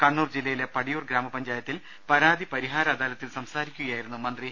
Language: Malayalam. കണ്ണൂർ ജില്ലയിലെ പടിയൂർ ഗ്രാമപഞ്ചായത്തിൽ പരാതി പരിഹാര അദാലത്തിൽ സംസാരിക്കുകയായിരുന്നു മന്ത്രി